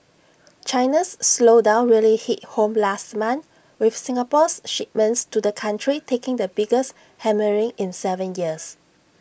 China's slowdown really hit home last month with Singapore's shipments to the country taking the biggest hammering in Seven years